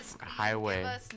highway